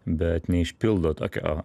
bet neišpildo tokio